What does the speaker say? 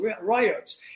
riots